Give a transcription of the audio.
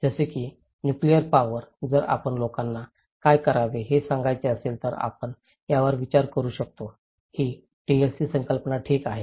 जसे की nuclear power जर आपण लोकांना काय करावे हे सांगायचे असेल तर आपण यावर विचार करू शकतो ही टीएलसी संकल्पना ठीक आहे